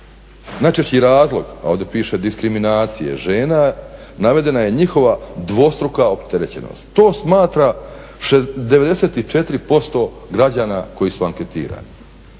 najčešći razlog ovdje piše diskriminacije žena navedena je njihova dvostruka opterećenost. To smatra 94% građana koji su anketirani.